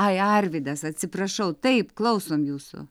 ai arvydas atsiprašau taip klausom jūsų